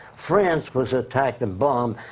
france was attacked and bombed.